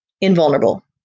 invulnerable